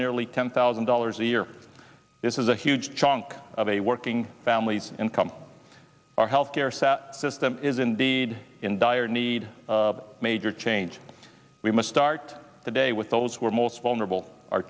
nearly ten thousand dollars a year this is a huge chunk of a working families income our health care set system is indeed in dire need of major change we must start today with those who are most vulnerable our